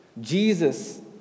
Jesus